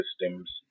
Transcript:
systems